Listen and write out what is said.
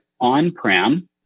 On-prem